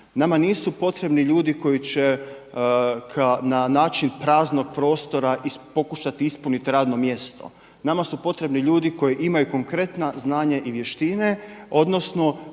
Nama nisu potrebni ljudi koji će na način praznog prostora pokušati ispunit radno mjesto. Nama su potrebni ljudi koji imam konkretna znanja i vještine, odnosno